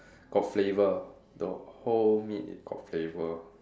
got flavour the whole meat got flavour